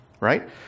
Right